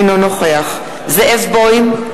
אינו נוכח זאב בוים,